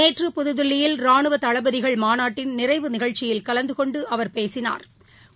நேற்று புதுதில்லியில் ரானுவ தளபதிகள் மாநாட்டின் நிறைவு நிகழ்ச்சியல் கலந்து கொண்டு அவர் பேசினாா்